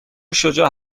شجاع